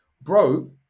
Bro